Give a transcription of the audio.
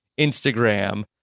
Instagram